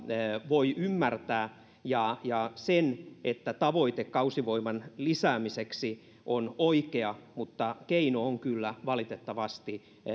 voi ymmärtää ja ja sen että tavoite kausityövoiman lisäämiseksi on oikea mutta keino on kyllä valitettavasti